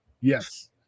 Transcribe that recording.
Yes